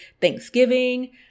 thanksgiving